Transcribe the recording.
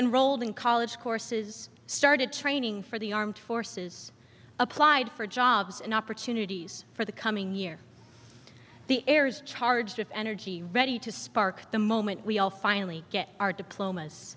been rolled in college courses started training for the armed forces applied for jobs and opportunities for the coming year the air is charged with energy ready to spark the moment we all finally get our diplomas